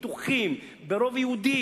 מרוטשים,